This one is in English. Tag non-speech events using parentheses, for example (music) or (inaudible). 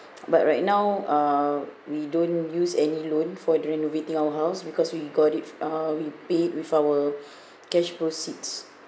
but right now uh we don't use any loan for during renovating our house because we got it uh we paid with our (breath) cash proceeds